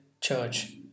church